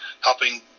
helping